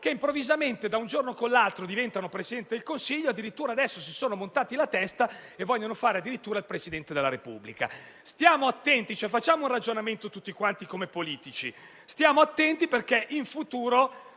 improvvisamente da un giorno all'altro diventano Presidente del Consiglio e addirittura adesso si sono montati la testa e vogliono fare addirittura il Presidente della Repubblica. Stiamo attenti: facciamo un ragionamento tutti quanti come politici perché in futuro